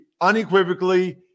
unequivocally